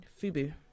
Fubu